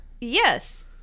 yes